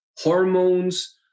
Hormones